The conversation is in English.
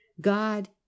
God